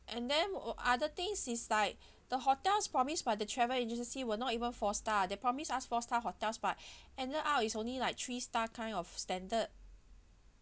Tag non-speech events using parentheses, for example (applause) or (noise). and then was other things is like (breath) the hotel's promise by the travel agency were not even four star they promise us four star hotels but (breath) ended up is only like three star kind of standard